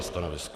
Stanovisko?